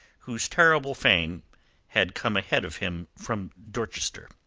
whose terrible fame had come ahead of him from dorchester.